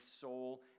soul